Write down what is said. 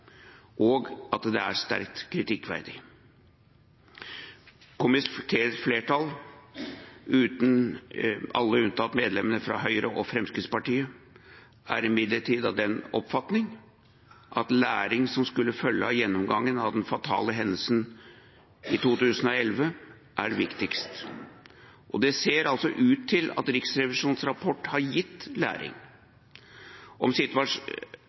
og at det er sterkt kritikkverdig. Komiteens flertall, alle unntatt medlemmene fra Høyre og Fremskrittspartiet, er imidlertid av den oppfatning at læringen som skulle følge av gjennomgangen av den fatale hendelsen i 2011, er viktigst. Det ser også ut til at Riksrevisjonens rapport har gitt læring. Om